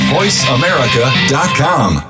VoiceAmerica.com